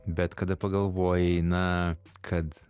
bet kada pagalvojai na kad